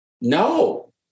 No